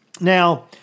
Now